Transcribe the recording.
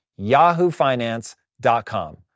yahoofinance.com